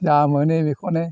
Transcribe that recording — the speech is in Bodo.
जा मोनो बेखौनो